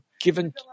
given